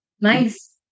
nice